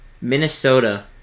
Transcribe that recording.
Minnesota